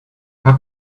how